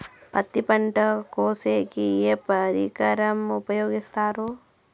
పత్తి పంట కోసేకి ఏ పరికరం ఉపయోగిస్తారు?